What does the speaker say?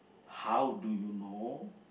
how do you know